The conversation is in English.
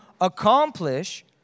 accomplish